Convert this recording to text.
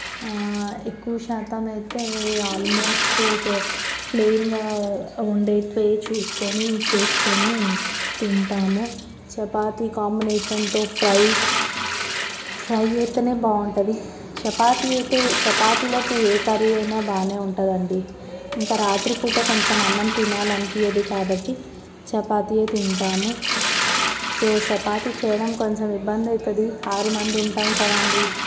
ఎక్కువ శాతం అయితే ఆల్మోస్ట్ ప్లేయిన్గా ఉండేటివే చూసుకొని చేసుకొని చపాతి కాంబినేషన్తో ఫ్రై ఫ్రై అయితేనే బాగుంటుంది చపాతీ అయితే చపాతీలోకి ఏ కర్రీ అయినా బాగానే ఉంటుంది అండి ఇంకా రాత్రిపూట కొంచెం అన్నం తినాలనిపించదు కాబట్టి చపాతీయే తింటాము సో చపాతి చేయడం కొంచెం ఇబ్బంది అవుతుంది ఆరు మంది ఉంటాం కదా అండి